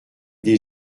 des